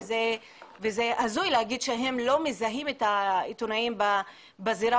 וזה הזוי להגיד שהם לא מזהים את העיתונאים בזירה